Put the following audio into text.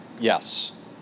Yes